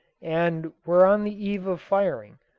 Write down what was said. and were on the eve of firing,